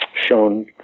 shown